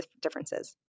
differences